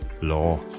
Law